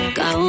go